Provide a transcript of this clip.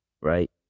right